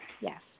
yes